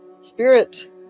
spirit